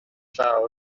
llaw